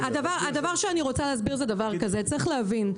הדבר שאני רוצה להסביר זה דבר כזה: צריך להסביר,